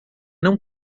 não